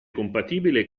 compatibile